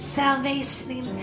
salvation